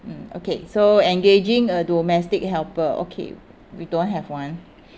mm okay so engaging a domestic helper okay we don't have one